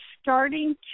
starting